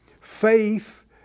Faith